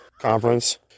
conference